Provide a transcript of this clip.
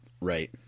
right